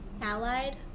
Allied